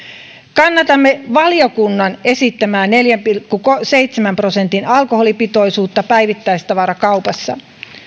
kannatamme valiokunnan esittämää neljän pilkku seitsemän prosentin alkoholipitoisuusrajaa päivittäistavarakaupassa